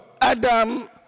Adam